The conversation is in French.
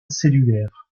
cellulaires